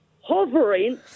hovering